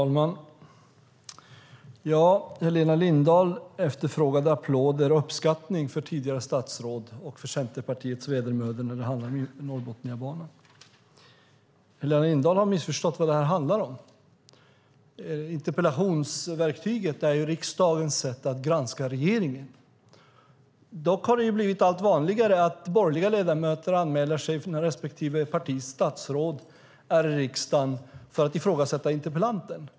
Herr talman! Helena Lindahl efterfrågade applåder och uppskattning för tidigare statsråd och för Centerpartiets vedermödor för Norrbotniabanan. Helena Lindahl har missförstått vad det här handlar om. Interpellationsverktyget är riksdagens sätt att granska regeringen. Dock har det blivit allt vanligare att borgerliga ledamöter anmäler sig när respektive partis statsråd är i riksdagen för att ifrågasätta interpellanten.